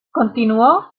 continuó